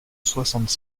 soixante